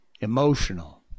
emotional